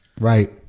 Right